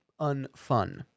unfun